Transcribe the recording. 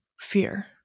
fear